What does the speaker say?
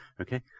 Okay